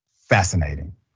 fascinating